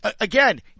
again